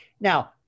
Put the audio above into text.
Now